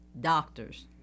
doctors